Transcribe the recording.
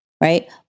Right